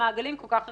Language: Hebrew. במעגלים כל כך רחבים?